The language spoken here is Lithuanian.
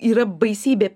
yra baisybė